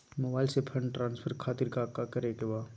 Mobile से fund transfer खातिर काका करे के बा?